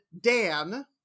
Dan